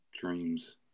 dreams